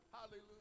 Hallelujah